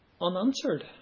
unanswered